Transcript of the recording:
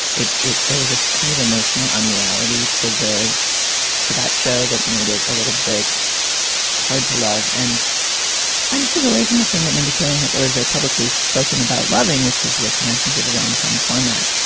it it was a so kind of emotional unreality to the two that show that made it a little bit hard to love and kind of took away from the thing that mindy kaling has always very publicly spoken about loving, which is the conventions of the rom com format.